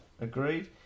Agreed